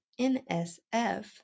NSF